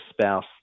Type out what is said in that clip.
spouse